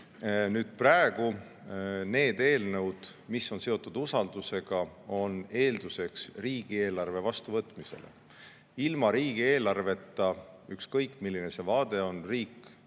praegu need eelnõud, mis on seotud usaldusega, on eelduseks riigieelarve vastuvõtmisele. Ilma riigieelarveta, ükskõik milline see vaade on, riik